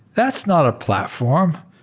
that's not a platform.